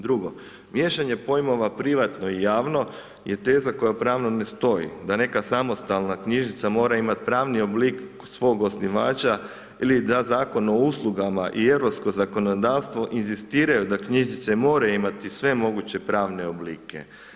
Drugo, miješanje pojmova privatno i javno je teza koja pravno ne stoji, da neka samostalna knjižnica mora imati pravni oblik svog osnivača ili da Zakon o uslugama i europsko zakonodavstvo inzistiraju da knjižnice moraju imati sve moguće pravne oblike.